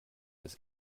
des